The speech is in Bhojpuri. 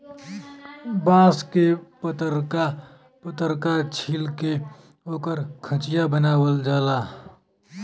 बांस के पतरका पतरका छील के ओकर खचिया बनावल जाला